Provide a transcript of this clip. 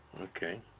Okay